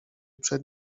przed